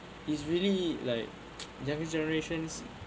it's really like younger generations